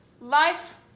Life